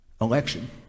election